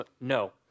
no